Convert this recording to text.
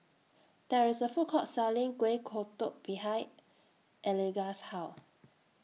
There IS A Food Court Selling Kueh Kodok behind Eligah's House